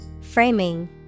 Framing